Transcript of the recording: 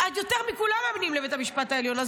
אז יותר מכולם מאמינים לבית המשפט העליון.